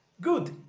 Good